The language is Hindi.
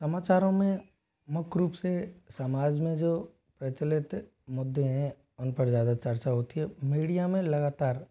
समाचारों में मुख्य रूप से समाज में जो प्रचलित मुद्दे हैं उन पर ज़्यादा चर्चा होती है मीडिया में लगातार